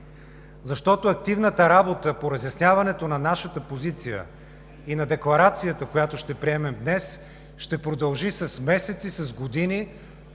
защото активната работа по разясняването на нашата позиция и на декларацията, която ще приемем днес, ще продължи с месеци, с години.